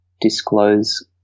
disclose